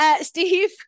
Steve